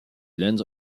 land